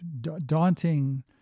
daunting